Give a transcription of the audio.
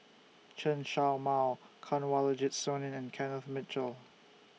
Chen Show Mao Kanwaljit Soin and Kenneth Mitchell